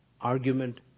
argument